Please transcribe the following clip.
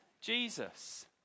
Jesus